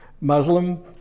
Muslim